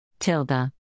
Tilda